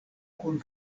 kun